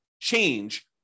change